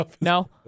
No